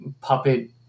Puppet